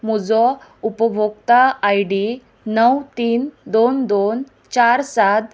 म्हजो उपभोक्ता I D णव तीन दोन दोन चार सात